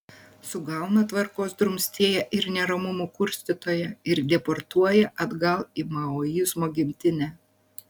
sugauna tvarkos drumstėją ir neramumų kurstytoją ir deportuoja atgal į maoizmo gimtinę